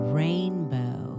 rainbow